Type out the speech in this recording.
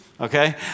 Okay